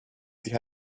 sich